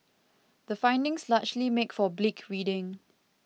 the findings largely make for bleak reading